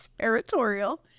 territorial